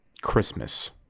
Christmas